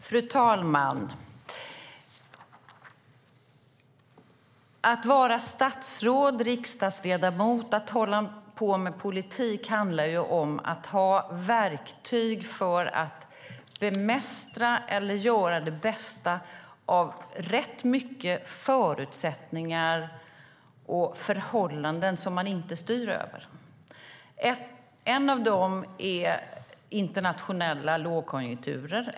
Fru talman! Att vara statsråd, riksdagsledamot och att hålla på med politik handlar om att ha verktyg för att bemästra eller göra det bästa av ganska många förutsättningar och förhållanden som man inte styr över. En av dem är internationella lågkonjunkturer.